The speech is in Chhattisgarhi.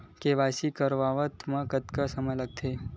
के.वाई.सी करवात म कतका समय लगथे?